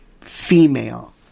female